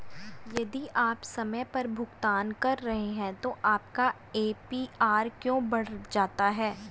यदि आप समय पर भुगतान कर रहे हैं तो आपका ए.पी.आर क्यों बढ़ जाता है?